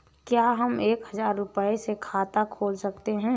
क्या हम एक हजार रुपये से खाता खोल सकते हैं?